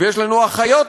ויש לנו אחיות קבלן,